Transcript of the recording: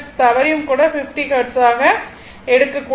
தவறியும் கூட 50 ஹெர்ட்ஸ் ஆக எடுக்க கூடாது